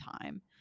time